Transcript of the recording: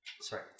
Sorry